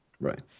Right